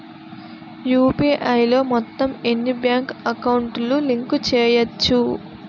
UPI లో మొత్తం ఎన్ని బ్యాంక్ అకౌంట్ లు లింక్ చేయచ్చు?